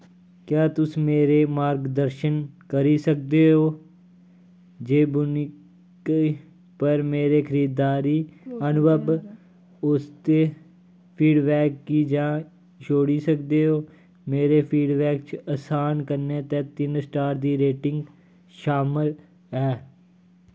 क्या तुस मेरे मार्गदर्शन करी सकदे ओ जे वूनिक पर मेरे खरीददारी अनुभव आस्तै फीडबैक कि'यां छोड़ी सकदे ओ मेरे फीडबैक च असान कन्नै ते तिन्न स्टार दी रेटिंग शामल ऐ